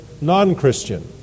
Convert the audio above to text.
non-Christian